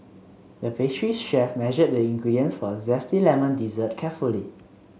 the pastry chef measured the ingredients for a zesty lemon dessert carefully